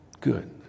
good